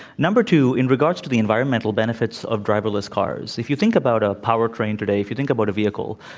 number two, in regard to the environmental benefits of driverless cars, if you think about a powertrain today, if you think about a vehicle,